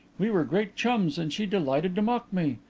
we were great chums, and she delighted to mock me.